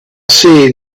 see